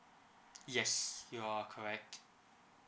yes you're correct